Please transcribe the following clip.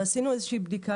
עשינו איזושהי בדיקה,